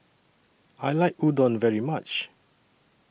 I like Udon very much